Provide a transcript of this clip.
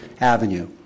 Avenue